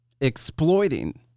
exploiting